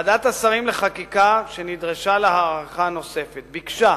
ועדת השרים לחקיקה שנדרשה להארכה הנוספת ביקשה